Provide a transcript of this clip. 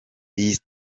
iyi